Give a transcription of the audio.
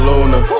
Luna